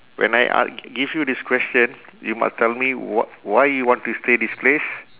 when I a~ g~ give you this question you must tell me wh~ why you want to stay this place